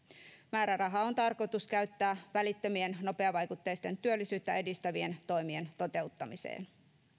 määräraha on tarkoitus käyttää välittömien nopeavaikutteisten työllisyyttä edistävien toimien toteuttamiseen